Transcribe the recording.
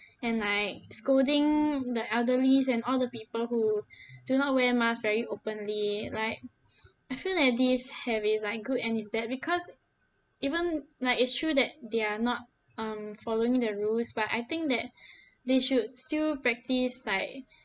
and like scolding the elderly and all the people who do not wear mask very openly like I feel that this have its like good and its bad because even like it's true that they're not um following the rules but I think that they should still practice like